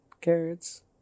carrots